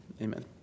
amen